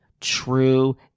true